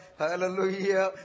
hallelujah